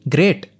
Great